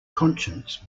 conscience